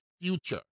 future